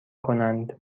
کنند